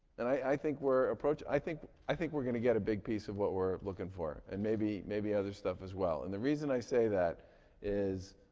and i think we're approaching i think i think we're going to get a big piece of what we're looking for, and maybe maybe other stuff as well, and the reason i say that is